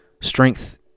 strength